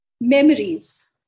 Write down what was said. memories